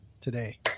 today